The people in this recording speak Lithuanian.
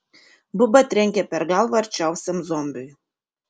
buba trenkė per galvą arčiausiam zombiui